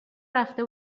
رفته